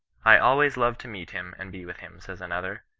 i always love to meet him and be with him, says another,